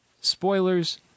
Spoilers